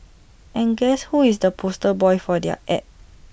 and guess who is the poster boy for their Ad